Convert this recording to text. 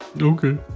Okay